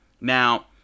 Now